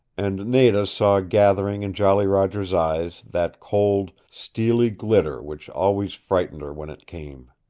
and nada saw gathering in jolly roger's eyes that cold, steely glitter which always frightened her when it came.